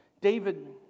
David